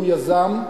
הוא יזם,